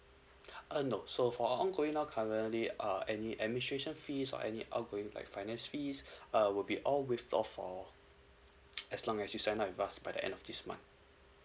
uh no so for our ongoing now currently uh any administration fees or any outgoing like finance fees uh will be all waive off for as long as you sign up with us by the end of this month